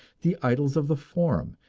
the idols of the forum,